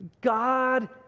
God